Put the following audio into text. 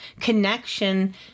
connection